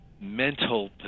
mental